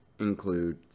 include